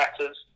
matters